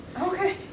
Okay